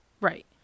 Right